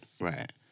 right